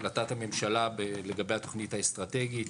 החלטת הממשלה לגבי התוכנית האסטרטגית,